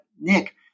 Nick